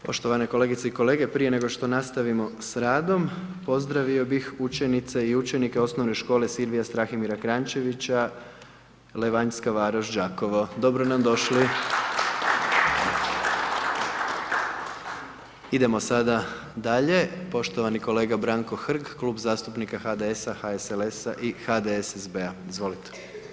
Poštovane kolegice i kolege, prije nego što napravimo s radom, pozdravio bih učenice i učenike OŠ Silvije Strahimira Kranjčevića, Levanjska Varoš, Đakovo, dobro nam došli… Idemo sada dalje, poštovani kolega Branko Hrg, klub zastupnika HDS-a, HSLS-a i HDSB-a, izvolite.